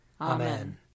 Amen